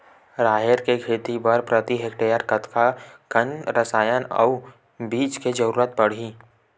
राहेर के खेती बर प्रति हेक्टेयर कतका कन रसायन अउ बीज के जरूरत पड़ही?